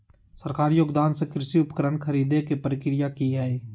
सरकारी योगदान से कृषि उपकरण खरीदे के प्रक्रिया की हय?